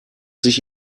sich